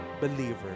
believer